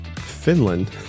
Finland